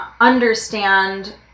understand